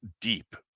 deep